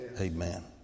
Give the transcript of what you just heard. amen